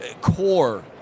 core